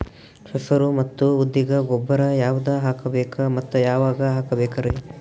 ಹೆಸರು ಮತ್ತು ಉದ್ದಿಗ ಗೊಬ್ಬರ ಯಾವದ ಹಾಕಬೇಕ ಮತ್ತ ಯಾವಾಗ ಹಾಕಬೇಕರಿ?